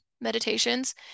meditations